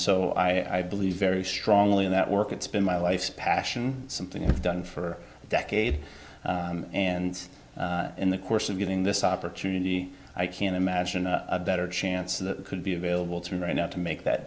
so i believe very strongly in that work it's been my life's passion something i've done for decades and in the course of getting this opportunity i can't imagine a better chance that could be available to me right now to make that